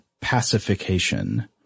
pacification